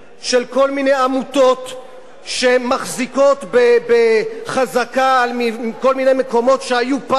של כל מיני עמותות שמחזיקות בחזקה על כל מיני מקומות שהיו פעם,